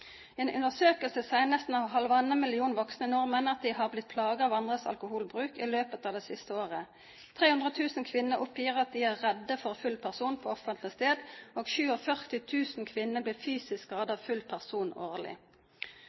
en undersøkelse sier nesten halvannen million voksne nordmenn at de er blitt plaget av andres alkoholbruk i løpet av det siste året. 300 000 kvinner oppgir at de er redde for en full person på offentlig sted, og 47 000 kvinner blir fysisk